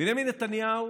בנימין נתניהו